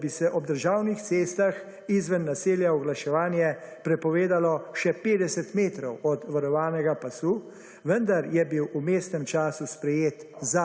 da bi se ob državnih cestah izven naselja oglaševanje prepovedalo še 50 metrov od varovanega pasu, vendar je bil v vmesnem času sprejet